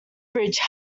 bridge